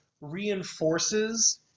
reinforces